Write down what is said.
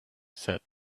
said